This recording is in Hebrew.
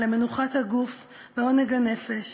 למנוחת הגוף ועונג הנפש,